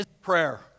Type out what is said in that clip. prayer